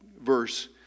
verse